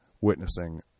witnessing